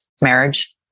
marriage